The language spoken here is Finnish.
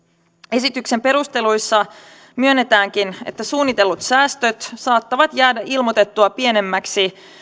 esityksen perusteluissa myönnetäänkin että suunnitellut säästöt saattavat jäädä ilmoitettua pienemmiksi